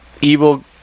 evil